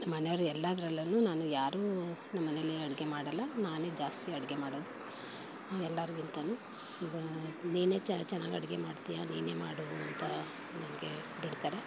ಮನೆಯವ್ರು ಎಲ್ಲಾದ್ರಲ್ಲೂ ನಾನು ಯಾರೂ ನಮ್ಮನೆಯಲ್ಲಿ ಅಡುಗೆ ಮಾಡೋಲ್ಲ ನಾನೇ ಜಾಸ್ತಿ ಅಗೆಡು ಮಾಡೋದು ಎಲ್ಲರಿಗಿಂತಲೂ ಬ ನೀನೇ ಚೆನ್ನಾಗಿ ಅಡುಗೆ ಮಾಡ್ತೀಯಾ ನೀನೇ ಮಾಡು ಅಂತ ನನಗೆ ಬಿಡ್ತಾರೆ